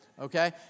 Okay